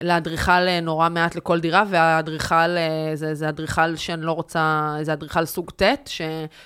לאדריכל נורא מעט לכל דירה, והאדריכל, זה...זה אדריכל שאני לא רוצה, זה אדריכל סוג ת' ש...